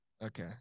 Okay